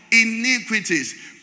iniquities